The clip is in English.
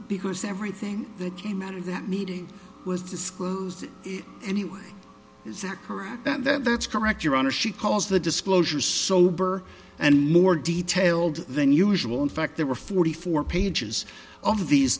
because everything that came out of that meeting was disclosed it anyway is that correct that's correct your honor she calls the disclosure sober and more detailed than usual in fact there were forty four pages of these